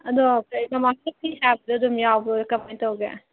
ꯑꯗꯣ ꯀꯔꯤ ꯃꯃꯥ ꯈꯣꯏ ꯐꯤ ꯁꯥꯕꯗꯣ ꯑꯗꯨꯝ ꯌꯥꯎꯕ꯭ꯔꯣ ꯀꯃꯥꯏ ꯇꯧꯒꯦ